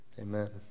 Amen